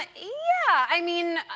ah yeah, i mean,